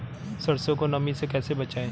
सरसो को नमी से कैसे बचाएं?